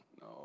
no